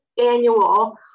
annual